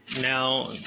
Now